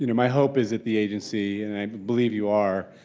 you know my hope is that the agency, and i believe you are,